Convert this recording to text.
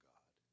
God